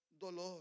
dolor